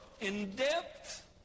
in-depth